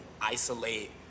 isolate